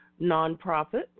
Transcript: nonprofit